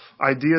idea